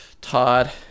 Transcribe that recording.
Todd